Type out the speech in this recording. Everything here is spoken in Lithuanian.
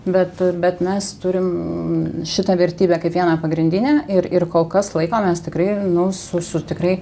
bet bet mes turim šitą vertybę kaip vieną pagrindinę ir ir kol kas laikomės tikrai nu su su tikrai